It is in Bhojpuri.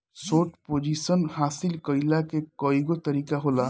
शोर्ट पोजीशन हासिल कईला के कईगो तरीका होला